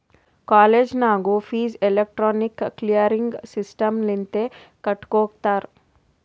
college ನಾಗೂ fees electronic clearing system ಲಿಂತೆ ಕಟ್ಗೊತ್ತಾರ್